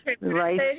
right